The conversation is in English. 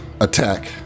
attack